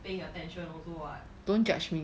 paying attention also [what]